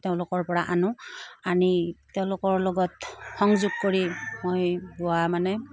তেওঁলোকৰপৰা আনো আনি তেওঁলোকৰ লগত সংযোগ কৰি মই বোৱা মানে